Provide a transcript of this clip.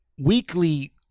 weekly